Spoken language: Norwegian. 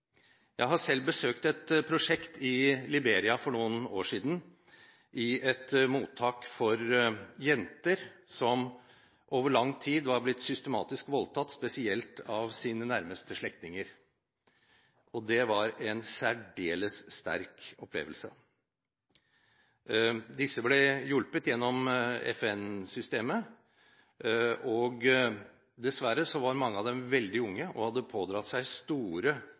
Jeg besøkte selv et prosjekt i Liberia for noen år siden, et mottak for jenter som over lang tid var blitt systematisk voldtatt, spesielt av sine nærmeste slektninger, og det var en særdeles sterk opplevelse. Disse jentene ble hjulpet gjennom FN-systemet. Dessverre var mange av dem veldig unge og hadde pådratt seg store